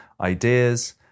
ideas